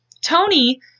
Tony